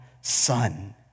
son